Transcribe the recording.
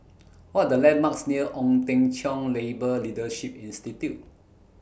What Are The landmarks near Ong Teng Cheong Labour Leadership Institute